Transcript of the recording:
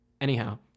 Anyhow